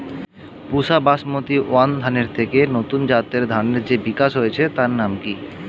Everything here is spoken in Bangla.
পুসা বাসমতি ওয়ান ধানের থেকে নতুন জাতের ধানের যে বিকাশ হয়েছে তার নাম কি?